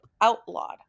outlawed